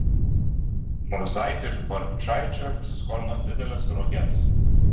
murzaitė iš barčaičio pasiskolino dideles roges